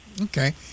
Okay